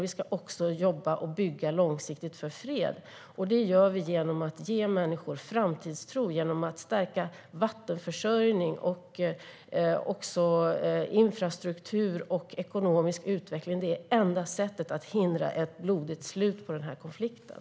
Vi ska också jobba och bygga långsiktigt för fred, och det gör vi genom att ge människor framtidstro, genom att stärka vattenförsörjning, infrastruktur och ekonomisk utveckling. Det är det enda sättet att hindra ett blodigt slut på den här konflikten.